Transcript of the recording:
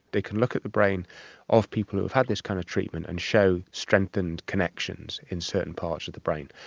they can look at the brain of people who have had this kind of treatment and show strengthened connections in certain parts of the brain.